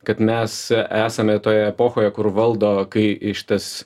kad mes esame toje epochoje kur valdo kai šitas